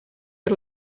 per